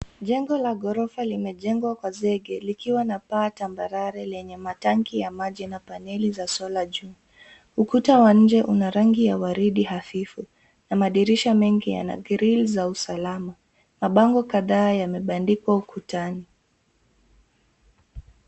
Jengo la ghorofa limejengwa kwa zege likiwa na paa tambarare lenye matanki ya maji na paneli za solar juu. Ukuta wa nje una rangi ya waridi hafifu na madirisha mengi yana grill salama. Mabango kadhaa yamebandikwa ukutani.